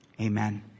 Amen